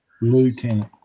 Lieutenant